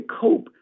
cope